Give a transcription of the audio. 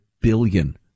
billion